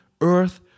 earth